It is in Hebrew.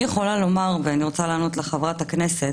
אני יכולה לומר, ואני רוצה לענות לחברת הכנסת,